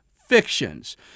fictions